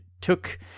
took